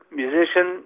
musician